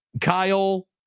Kyle